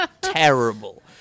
terrible